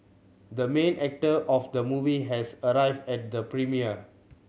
the main actor of the movie has arrived at the premiere